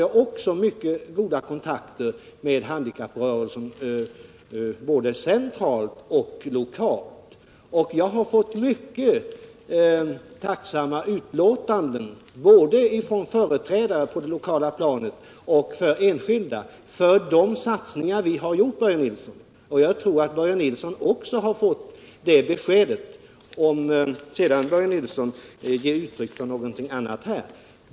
Jag har också mycket goda kontakter med handikapprörelsen, både centralt och lokalt. Jag har fått mycket tacksamma uttalanden både från företrädare för handikapprörelsen på det lokala planet och från enskilda för de satsningar vi gjort. Jag tror att även Börje Nilsson fått höra sådana uttalanden, även om han här nu vill ge uttryck för någonting annat.